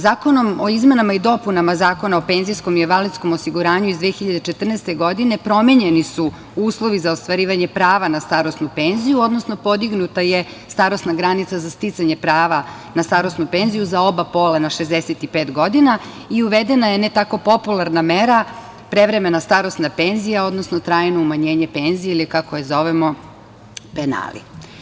Zakonom o izmenama i dopunama Zakona o PIO iz 2014. godine promenjeni su uslovi za ostvarivanja prava na starosnu penziju, odnosno podignuta je starosna granica za sticanje prava na starosnu penziju za oba pola na 65 godina i uvedena je, ne tako popularna mera, prevremena starosna penzija, odnosno trajno umanjenje penzije ili kako je zovemo – penali.